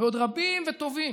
ועוד רבים וטובים,